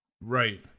Right